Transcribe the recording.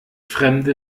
fremde